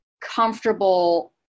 comfortable